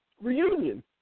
reunion